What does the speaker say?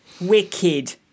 wicked